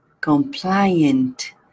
compliant